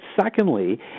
secondly